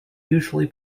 usually